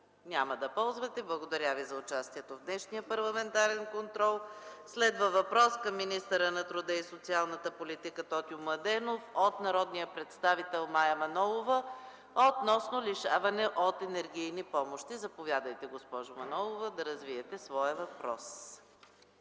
министър? Не. Благодаря Ви за участието Ви в днешния парламентарен контрол. Следва въпрос към министъра на труда и социалната политика Тотю Младенов от народния представител Мая Манолова относно лишаване от енергийни помощи. Заповядайте, госпожо Манолова, да развиете своя въпрос.